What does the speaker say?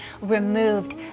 removed